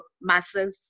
massive